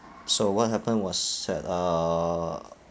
so what happened was that uh